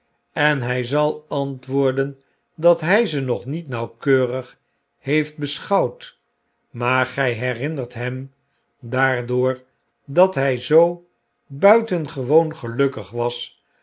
eii hg zal antwoorden dat hg ze nog niet nauwkeurig heeft beschouwd maar gg herinnert hem daardoor dat hg zoo buitengewoon gelukkig was